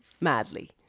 madly